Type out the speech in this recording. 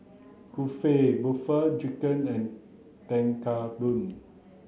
Kulfi Butter Chicken and Tekkadon